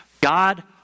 God